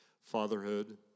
fatherhood